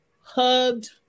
hugged